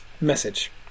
message